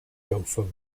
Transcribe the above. gopher